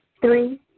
Three